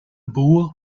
boer